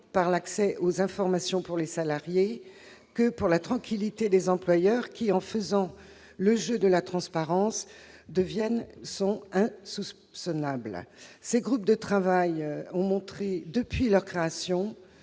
à l'accès aux informations pour les salariés comme à la tranquillité des employeurs, lesquels, en jouant le jeu de la transparence, étaient insoupçonnables. Ces groupes de travail ont montré depuis leur création